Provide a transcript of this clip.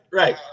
right